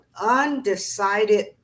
undecided